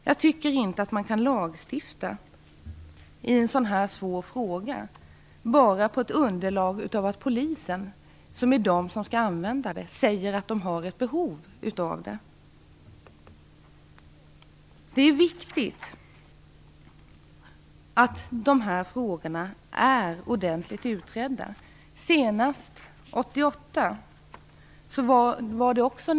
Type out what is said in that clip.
Jag tycker inte att man kan lagstifta i en så här svår fråga, bara med underlaget att Polisen, som är de som skall tillämpa kameraövervakning, säger att de har detta behov. Det är viktigt att dessa frågor utreds ordentligt. Senast utreddes frågan 1988.